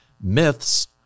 myths